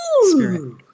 spirit